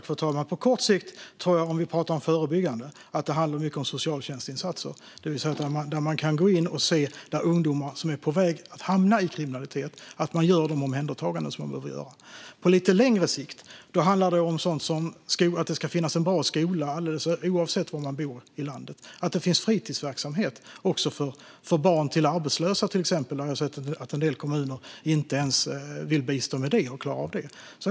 Fru talman! Om vi talar om förebyggande arbete tror jag att det på kort sikt handlar mycket om socialtjänstinsatser. Där man kan gå in och se att när ungdomar är på väg att hamna i kriminalitet gäller det att man gör de omhändertaganden som man behöver göra. På lite längre sikt handlar det om sådant som att det ska finnas en bra skola alldeles oavsett var eleverna bor landet och att det till exempel finns fritidsverksamhet också för barn till arbetslösa. Jag har sett att en del kommuner inte ens vill bistå med och klarar av det.